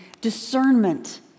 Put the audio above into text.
discernment